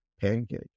pancake